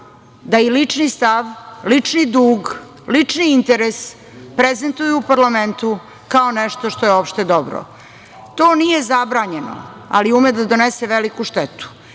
da i lični stav, lični dug, lični interes prezentuju u parlamentu kao nešto što je opšte dobro. To nije zabranjeno, ali ume da donese veliku štetu